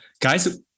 guys